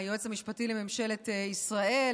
היועץ המשפטי לממשלת ישראל,